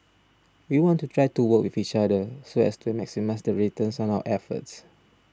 we want to try to work with each other so as to maximise the returns on our efforts